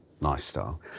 lifestyle